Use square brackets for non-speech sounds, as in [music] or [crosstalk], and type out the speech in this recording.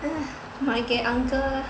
[breath] 买给 uncle